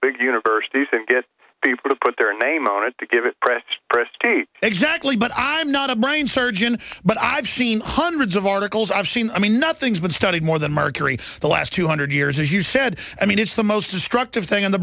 big universities and get people to put their name on it to give it pressed christie exactly but i'm not a brain surgeon but i've seen hundreds of articles i've seen i mean nothing's been studied more than margery the last two hundred years as you said i mean it's the most destructive thing in the